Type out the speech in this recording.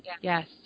Yes